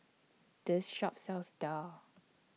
This Shop sells Daal